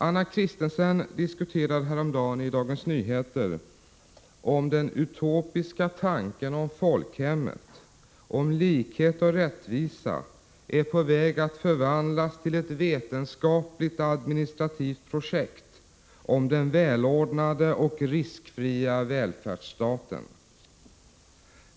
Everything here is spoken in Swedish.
Anna Christensen diskuterade häromdagen i Dagens Nyheter huruvida den utopiska tanken om folkhemmet, om likhet och rättvisa, är på väg att förvandlas till ett vetenskapligt-administrativt projekt om den välordnade och riskfria välfärdsstaten.